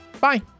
Bye